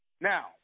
Now